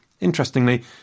Interestingly